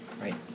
right